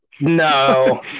No